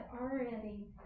already